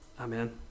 Amen